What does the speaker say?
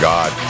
God